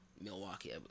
Milwaukee